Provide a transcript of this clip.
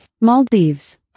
Maldives